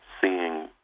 seeing